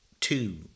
two